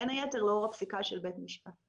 בין היתר לאור הפסיקה של בית המשפט.